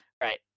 Right